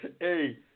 hey